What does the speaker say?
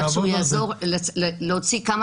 והנושא הזה איך שהוא יעזור להוציא כמה